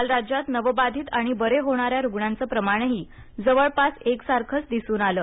काल राज्यात नवबाधीत आणि बरे होणाऱ्या रूग्णांच प्रमाणही जवळपास एकसारखच दिसून आलं